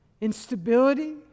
instability